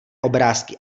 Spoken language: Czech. obrázky